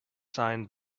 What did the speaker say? signed